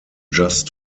just